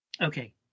Okay